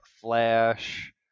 Flash